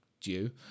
due